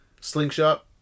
Slingshot